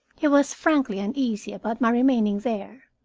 he was frankly uneasy about my remaining there.